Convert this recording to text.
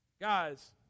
Guys